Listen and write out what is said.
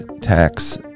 tax